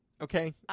Okay